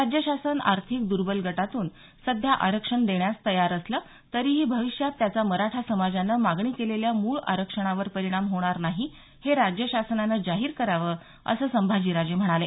राज्य शासन आर्थिक दुर्बल गटातून सध्या आरक्षण देण्यास तयार असलं तरीही भविष्यात त्याचा मराठा समाजाने मागणी केलेल्या मूळ आरक्षणावर परिणाम होणार नाही हे राज्य शासनाने जाहीर करावं असं संभाजीराजे म्हणाले